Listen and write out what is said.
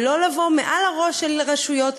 ולא לבוא מעל הראש של רשויות,